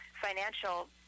financial